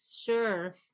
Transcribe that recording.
sure